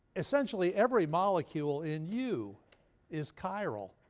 essentially every molecule in you is chiral.